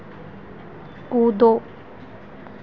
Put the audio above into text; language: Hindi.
कूदो